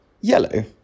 yellow